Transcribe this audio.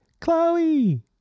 Chloe